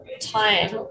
time